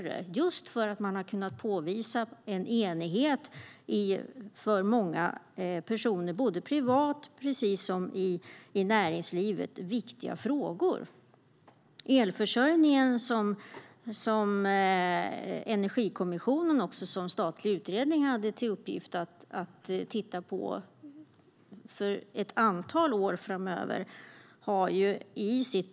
Det är just för att man har kunnat påvisa en enighet för många personer i viktiga frågor både privat och i näringslivet. Energikommissionen - den statliga utredningen - hade till uppgift att se till energiförsörjningen ett antal år framåt.